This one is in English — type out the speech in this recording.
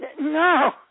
no